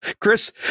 Chris